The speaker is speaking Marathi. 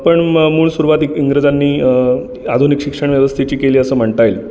पण मग मूळ सुरुवात इंग्रजांनी अ आधुनिक शिक्षण व्यवस्थेची केली असं म्हणता येईल